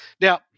Now